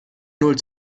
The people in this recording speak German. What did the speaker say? null